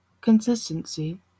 consistency